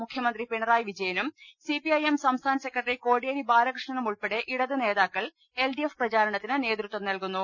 മുഖ്യമന്ത്രി പിണറായി വിജയനും സിപിഐഎം സംസ്ഥാനസെ ക്രട്ടറി കോടിയേരി ബാലകൃഷ്ണനും ഉൾപ്പെടെ ഇടത് നേതാക്കൾ എൽഡിഎഫ് പ്രചാരണത്തിന് നേതൃത്വം നൽകുന്നു